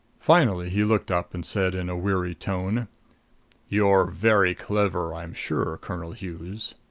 finally he looked up and said in a weary tone you're very clever, i'm sure, colonel hughes.